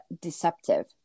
deceptive